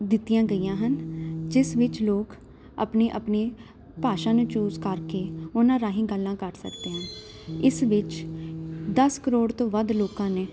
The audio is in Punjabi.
ਦਿੱਤੀਆਂ ਗਈਆਂ ਹਨ ਜਿਸ ਵਿੱਚ ਲੋਕ ਆਪਣੀ ਆਪਣੀ ਭਾਸ਼ਾ ਨੂੰ ਚੂਜ ਕਰਕੇ ਉਹਨਾਂ ਰਾਹੀਂ ਗੱਲਾਂ ਕਰ ਸਕਦੇ ਹਨ ਇਸ ਵਿੱਚ ਦਸ ਕਰੋੜ ਤੋਂ ਵੱਧ ਲੋਕਾਂ ਨੇ